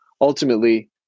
ultimately